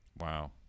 Wow